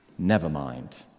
Nevermind